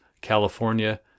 California